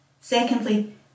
Secondly